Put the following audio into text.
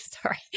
Sorry